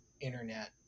internet